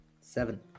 Seven